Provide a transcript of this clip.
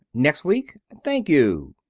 next week? thank you.